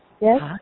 yes